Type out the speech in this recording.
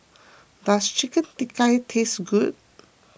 does Chicken Tikka taste good